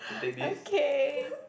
okay